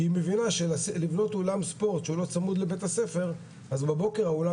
כי היא מבינה שלבנות אולם ספורט שהוא לא קשור לבית-הספר אז בבוקר האולם